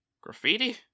Graffiti